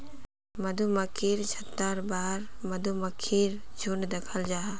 मधुमक्खिर छत्तार बाहर मधुमक्खीर झुण्ड दखाल जाहा